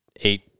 eight